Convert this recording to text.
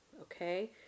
okay